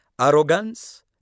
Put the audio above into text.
arrogance